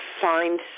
find